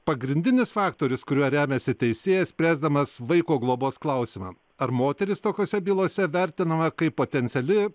pagrindinis faktorius kuriuo remiasi teisėjas spręsdamas vaiko globos klausimą ar moteris tokiose bylose vertinama kaip potenciali